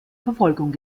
verfolgung